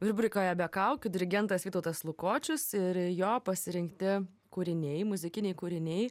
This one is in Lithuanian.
rubrikoje be kaukių dirigentas vytautas lukočius ir jo pasirinkti kūriniai muzikiniai kūriniai